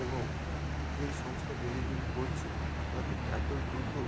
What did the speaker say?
এবং যেই সংস্থা ডেলিভারি করছে তাদের এত দ্রুত